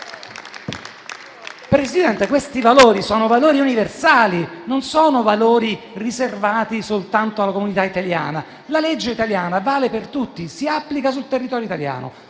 Presidente, sono universali e non riservati soltanto alla comunità italiana. La legge italiana vale per tutti, si applica sul territorio italiano.